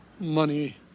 money